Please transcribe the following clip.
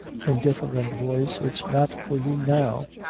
indifferent voice it's not for you now.